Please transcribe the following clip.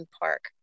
park